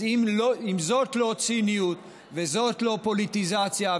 אז אם זאת לא ציניות וזו לא פוליטיזציה,